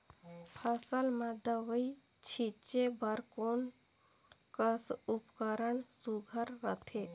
फसल म दव ई छीचे बर कोन कस उपकरण सुघ्घर रथे?